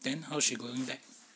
then how she going back